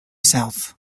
south